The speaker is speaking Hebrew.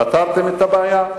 פתרתם את הבעיה,